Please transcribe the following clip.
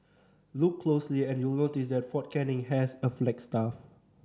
look closely and you'll notice that Fort Canning has a flagstaff